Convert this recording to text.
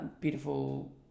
beautiful